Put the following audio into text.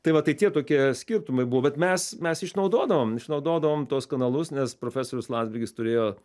tai va tai tie tokie skirtumai buvo bet mes mes išnaudodavom išnaudodavom tuos kanalus nes profesorius landsbergis turėjo